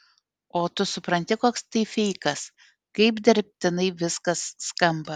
o tu supranti koks tai feikas kaip dirbtinai viskas skamba